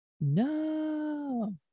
no